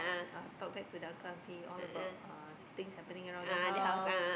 uh talk bad to the uncle aunty all about uh the things happening around the house